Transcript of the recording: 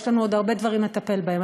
יש לנו עוד הרבה דברים לטפל בהם.